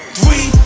Three